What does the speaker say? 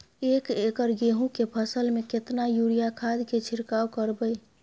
एक एकर गेहूँ के फसल में केतना यूरिया खाद के छिरकाव करबैई?